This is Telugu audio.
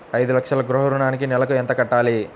ఐదు లక్షల గృహ ఋణానికి నెలకి ఎంత కట్టాలి?